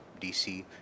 DC